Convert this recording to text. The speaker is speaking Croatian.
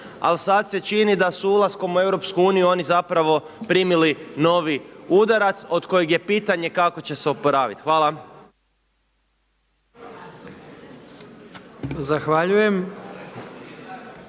a sad se čini da su ulaskom u EU oni zapravo primili novi udarac od kojeg je pitanje kako će se oporavit. Hvala.